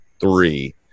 three